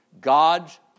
God's